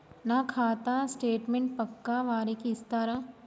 నా ఖాతా స్టేట్మెంట్ పక్కా వారికి ఇస్తరా?